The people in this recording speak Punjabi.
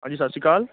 ਹਾਂਜੀ ਸਤਿ ਸ਼੍ਰੀ ਅਕਾਲ